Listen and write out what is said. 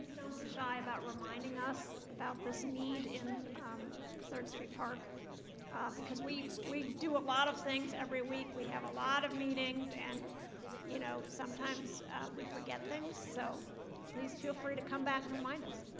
shy about reminding us about this need in third street park ah because we we do a lot of things every week we have a lot of meetings and you know, sometimes we forget things so please feel free to come back and remind us.